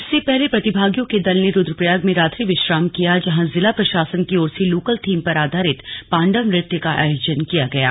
इससे पहले प्रतिभागियों के दल ने रुद्रप्रयाग में रात्रि विश्राम किया जहां जिला प्रशासन की ओर से लोकल थीम पर आधारित पाण्डव नृत्य का आयोजन किया गया था